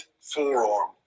forearm